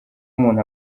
umuntu